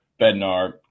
Bednar